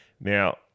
Now